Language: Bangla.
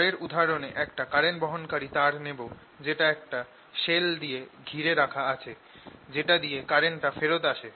পরের উদাহরণে একটা কারেন্ট বহনকারী তার নেব যেটা একটা শেল দিয়ে ঘিরে রাখা আছে যেটা দিয়ে কারেন্টটা ফেরত আসে